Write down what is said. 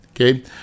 okay